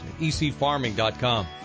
ecfarming.com